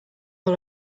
all